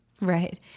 Right